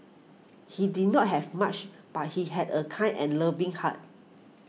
he did not have much but he had a kind and loving heart